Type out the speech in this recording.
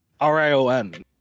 r-i-o-n